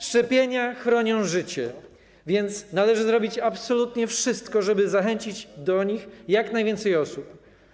Szczepienia chronią życie, więc należy zrobić absolutnie wszystko, żeby zachęcić do nich jak najwięcej osób.